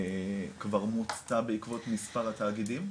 כבר מוצתה בעקבות מספר התאגידים,